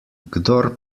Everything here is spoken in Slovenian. kdor